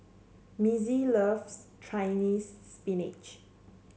Missie loves Chinese Spinach